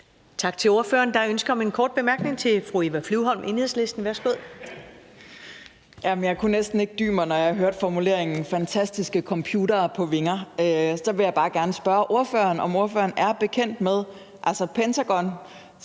Tak til ordføreren. Der er ønske om en kort bemærkning fra fru Eva Flyvholm, Enhedslisten. Værsgo.